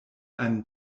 einen